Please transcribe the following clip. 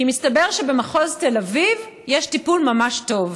כי מסתבר שבמחוז תל אביב יש טיפול ממש טוב,